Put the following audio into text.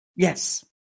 Yes